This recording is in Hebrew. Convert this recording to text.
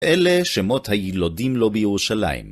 אלה שמות הילודים לו בירושלים.